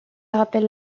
rappelle